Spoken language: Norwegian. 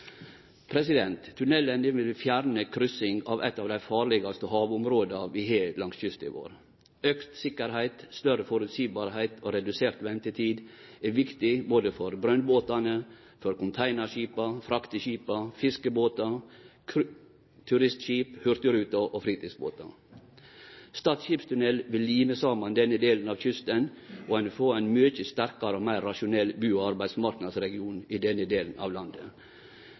vil fjerne kryssing av eit av dei farlegaste havområda vi har langs kysten vår. Auka sikkerheit, at det blir meir føreseieleg og redusert ventetid er viktig både for brønnbåtane, containerskipa, frakteskipa, fiskebåtane, turistskipa, Hurtigruta og fritidsbåtane. Stad skipstunnel vil lime saman denne delen av kysten, og ein vil få ein mykje sterkare og meir rasjonell bu- og arbeidsmarknadsregion i denne delen av landet.